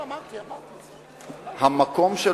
המקום,